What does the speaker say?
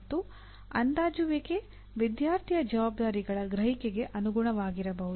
ಮತ್ತು ಅಂದಾಜುವಿಕೆ ವಿದ್ಯಾರ್ಥಿಯ ಜವಾಬ್ದಾರಿಗಳ ಗ್ರಹಿಕೆಗೆ ಅನುಗುಣವಾಗಿರಬಹುದು